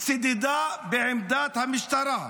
צידדה בעמדת המשטרה.